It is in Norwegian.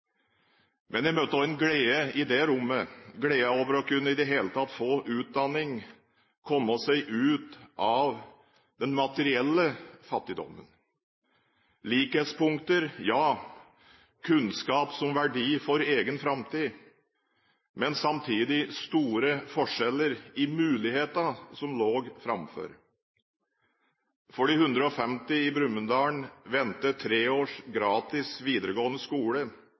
Men jeg møtte også en glede i det rommet, gleden over i det hele tatt å kunne få utdanning og komme seg ut av den materielle fattigdommen. Likhetspunkter, ja: kunnskap som verdi for egen framtid – men samtidig store forskjeller i mulighetene som lå framfor dem. For de 150 i Brumunddal venter tre år gratis videregående skole,